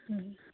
হুম